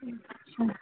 अच्छा